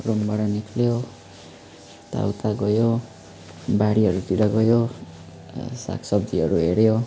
रुमबाट निस्क्यो यता उता गयो बारीहरूतिर गयो साग सब्जीहरू हेऱ्यो